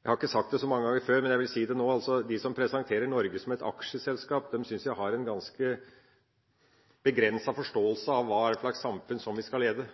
Jeg har ikke sagt det så mange ganger før, men jeg vil si det nå: De som presenterer Norge som et aksjeselskap, synes jeg har en ganske begrenset forståelse av hva slags samfunn vi skal lede.